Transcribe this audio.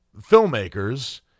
filmmakers